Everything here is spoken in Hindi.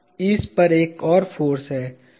इस पर एक और फाॅर्स है